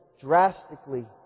drastically